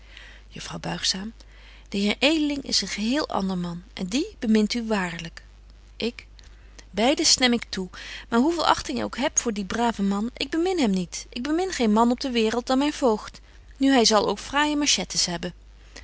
juffrouw buigzaam de heer edeling is een geheel ander man en die bemint u waarlyk ik beide stem ik toe maar hoe veel achting ik ook heb voor dien braven man ik bebetje wolff en aagje deken historie van mejuffrouw sara burgerhart min hem niet ik bemin geen man op de hele waereld dan myn voogd nu hy zal ook fraaije manchettes hebben